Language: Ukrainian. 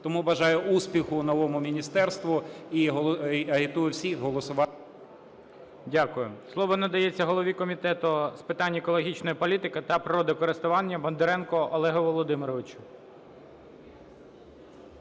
Тому бажаю успіху новому міністерству і агітую всіх голосувати… ГОЛОВУЮЧИЙ. Дякую. Слово надається голові Комітету з питань екологічної політики та природокористування Бондаренку Олегу Володимировичу.